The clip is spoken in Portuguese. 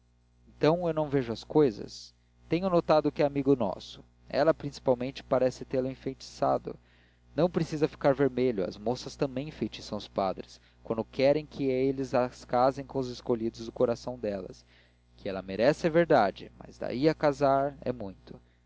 então eu não vejo as cousas tenho notado que é amigo nosso ela principalmente parece tê-lo enfeitiçado não precisa ficar vermelho as moças também enfeitiçam os padres quando querem que eles as casem com os escolhidos do coração delas que ela merece é verdade mas daí a casar é muito